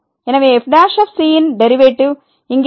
எனவே f ன் derivative இங்கே என்ன